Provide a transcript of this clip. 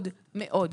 מאוד מאוד.